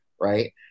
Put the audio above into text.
right